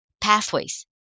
pathways